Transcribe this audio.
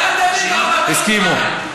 הסכימו.